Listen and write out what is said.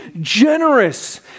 generous